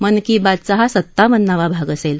मन की बातचा हा सत्तावन्नावा भाग असेल